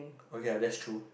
okay lah that's true